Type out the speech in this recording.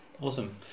Awesome